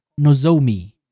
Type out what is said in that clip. Nozomi